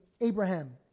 Abraham